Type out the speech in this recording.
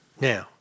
Now